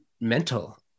mental